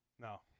No